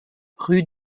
rue